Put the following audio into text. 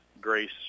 grace